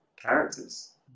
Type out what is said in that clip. characters